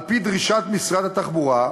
על-פי דרישת משרד התחבורה,